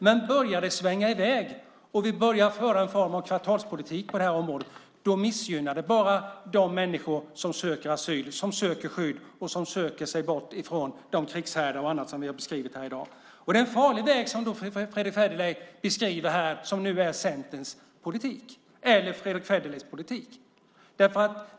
Men börjar det svänga i väg, och vi börjar föra en form av kvartalspolitik på detta område missgynnar det bara de människor som söker asyl, som söker skydd och som söker sig bort från de krigshärdar och annat som vi har beskrivit här i dag. Det är en farlig väg som Fredrick Federley beskriver som Centerns eller Fredrick Federleys politik.